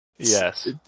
Yes